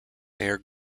mayor